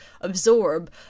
absorb